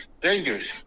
dangerous